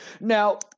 Now